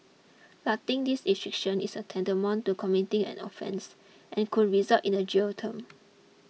flouting these restrictions is tantamount to committing an offence and could result in a jail term